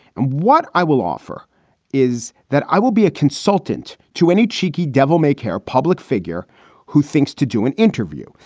and what i will offer is that i will be a consultant to any cheeky devil may care public figure who thinks to do an interview.